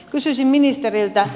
kysyisin ministeriltä